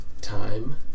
Time